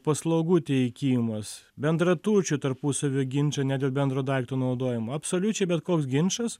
paslaugų teikimas bendraturčių tarpusavio ginčai ne dėl bendro daikto naudojimo absoliučiai bet koks ginčas